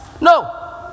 no